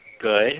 good